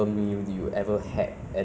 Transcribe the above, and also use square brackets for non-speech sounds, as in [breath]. [breath] that was a big difference man